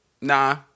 nah